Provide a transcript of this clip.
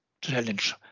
challenge